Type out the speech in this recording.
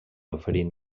oferint